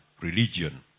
religion